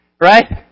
Right